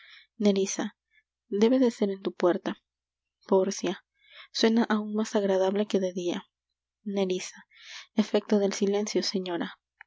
debe de ser en tu puerta pórcia suena áun más agradable que de dia nerissa efecto del silencio señora